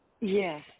Yes